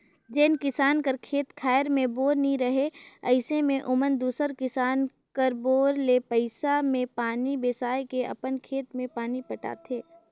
जेन किसान कर खेत खाएर मे बोर नी रहें अइसे मे ओमन दूसर किसान कर बोर ले पइसा मे पानी बेसाए के अपन खेत मे पानी पटाथे